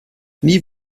nie